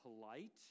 polite